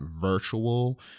virtual